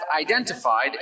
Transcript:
identified